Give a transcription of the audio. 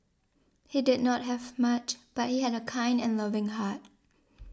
he did not have much but he had a kind and loving heart